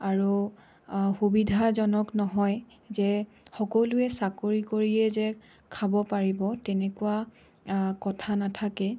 আৰু সুবিধাজনক নহয় যে সকলোৱে চাকৰি কৰিয়ে যে খাব পাৰিব তেনেকুৱা কথা নাথাকে